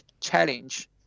challenge